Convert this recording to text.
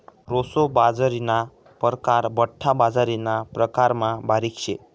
proso बाजरीना परकार बठ्ठा बाजरीना प्रकारमा बारीक शे